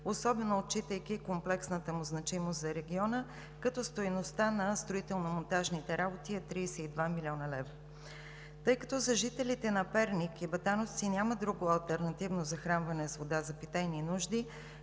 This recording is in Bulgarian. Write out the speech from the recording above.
особено отчитайки комплексната му значимост за региона, като стойността на строително монтажните работи е 32 млн. лв. Тъй като за жителите на Перник и Батановци няма друго алтернативно захранване с вода за питейни нужди,